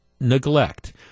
neglect